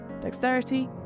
dexterity